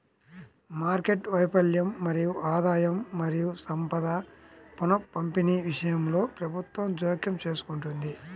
market వైఫల్యం మరియు ఆదాయం మరియు సంపద పునఃపంపిణీ విషయంలో ప్రభుత్వం జోక్యం చేసుకుంటుంది